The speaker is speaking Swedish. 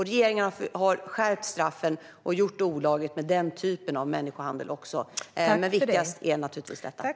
Regeringen har därför gjort också denna typ av människohandel olaglig och skärpt straffen.